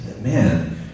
man